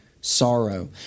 sorrow